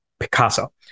Picasso